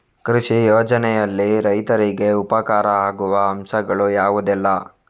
ಕೃಷಿ ಯೋಜನೆಯಲ್ಲಿ ರೈತರಿಗೆ ಉಪಕಾರ ಆಗುವ ಅಂಶಗಳು ಯಾವುದೆಲ್ಲ?